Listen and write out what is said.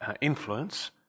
influence